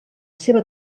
seva